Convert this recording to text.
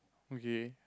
okay